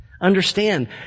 Understand